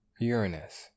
Uranus